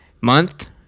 month